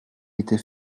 était